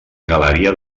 galeria